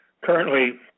currently